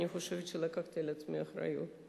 אני חושבת שלקחתי על עצמי את האחריות.